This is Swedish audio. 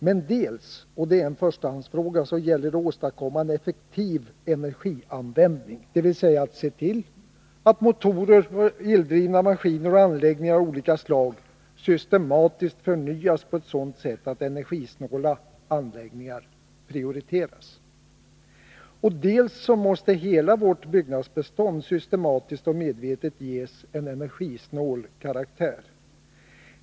Men dels — och det är en förstahandsfråga — gäller det att åstadkomma en effektiv energianvändning, dvs. att se till att motorer och eldrivna maskiner och anläggningar av olika slag systematiskt förnyas på ett sådant sätt att energisnåla anläggningar prioriteras. Dels måste hela vårt byggnadsbestånd systematiskt och medvetet ges en energisnål karaktär.